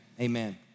amen